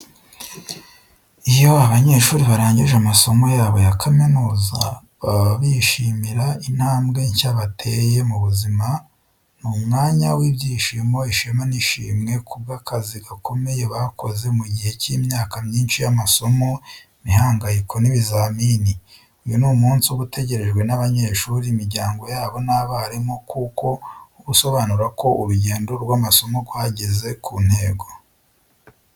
Iyo abanyeshuri barangije amasomo yabo ya kaminuza, baba bishimira intambwe nshya bateye mu buzima. Ni umwanya w’ibyishimo, ishema n’ishimwe ku bw’akazi gakomeye bakoze mu gihe cy’imyaka myinshi y’amasomo, imihangayiko, n’ibizamini. Uyu ni umunsi uba utegerejwe n’abanyeshuri, imiryango yabo, n’abarimu, kuko uba usobanura ko urugendo rw’amasomo rwageze ku ntego.